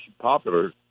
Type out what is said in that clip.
popular